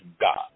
God